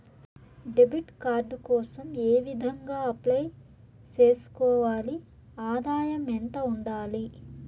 Debit card కోసం ఏ విధంగా అప్లై సేసుకోవాలి? ఆదాయం ఎంత ఉండాలి?